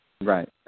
Right